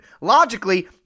logically